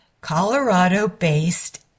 Colorado-based